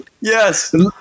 Yes